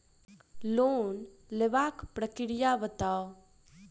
Loan लेबाक प्रक्रिया बताऊ?